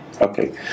Okay